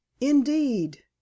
indeed